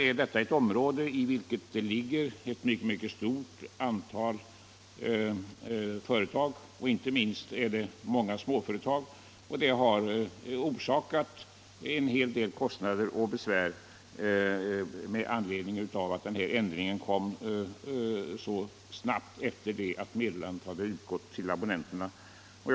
I det område som det här gäller ligger ett stort antal företag, inte minst Om nedläggningen många småföretag. Ändringen av postnumret har därför förorsakat abon = av SJ resebyrå i nenterna en hel del både kostnader och besvär, särskilt med anledning Ystad av att ändringen kom så snart efter det att meddelandet om den hade utgått.